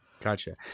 Gotcha